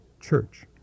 church